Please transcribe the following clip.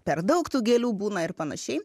per daug tų gėlių būna ir panašiai